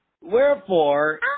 Wherefore